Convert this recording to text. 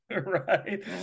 right